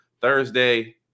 Thursday